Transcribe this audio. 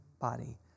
body